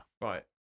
Right